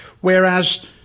whereas